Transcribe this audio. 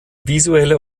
visuelle